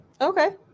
Okay